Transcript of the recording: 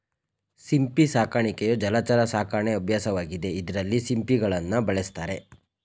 ಸಿಂಪಿ ಸಾಕಾಣಿಕೆಯು ಜಲಚರ ಸಾಕಣೆ ಅಭ್ಯಾಸವಾಗಿದೆ ಇದ್ರಲ್ಲಿ ಸಿಂಪಿಗಳನ್ನ ಬೆಳೆಸ್ತಾರೆ